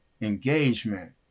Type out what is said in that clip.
engagement